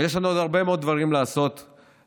ויש לנו עוד הרבה מאוד דברים לעשות למענכם.